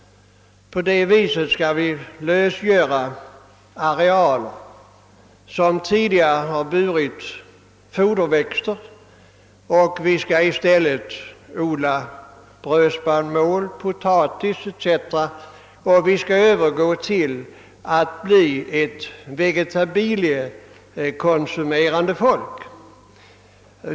På det sättet skulle vi lösgöra areal som tidigare har burit foderväxter, och vi skulle i stället odla brödspannmål, potatis etc. och övergå till att bli ett vegetabiliekonsumerande folk.